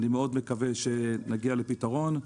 אני מאוד מקווה שנגיע לפתרון.